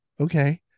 okay